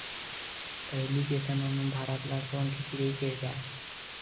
पहिली के समे म भारत ल सोन के चिरई केहे जाए